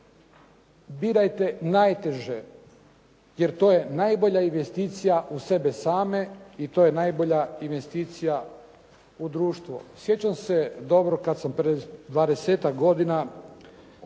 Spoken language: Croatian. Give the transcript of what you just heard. birajte najteže jer to je najbolja investicija u sebe same i to je najbolja investicija u društvo. Sjećam se dobro kad sam pred dvadesetak